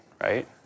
right